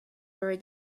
very